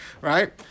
right